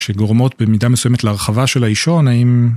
שגורמות במידה מסוימת להרחבה של האישון, האם...